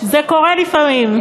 זה קורה לפעמים.